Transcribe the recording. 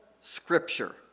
scripture